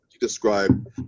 describe